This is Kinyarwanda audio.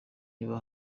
niba